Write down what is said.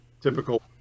Typical